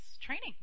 training